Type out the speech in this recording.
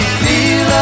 feel